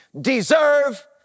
deserve